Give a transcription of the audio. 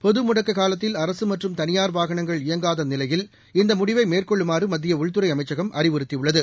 பொதுமுடக்க காலத்தில் அரசு மற்றும் தனியார் வாகளங்கள் இயங்காத நிலையில் இந்த முடிவை மேற்கொள்ளுமாறு மத்திய உள்துறை அமைச்சகம் அறிவுறுத்தியுள்ளது